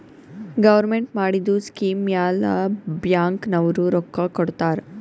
government ಮಾಡಿದು scheme ಮ್ಯಾಲ bank ನವ್ರು ರೊಕ್ಕಾ ಕೊಡ್ತಾರ್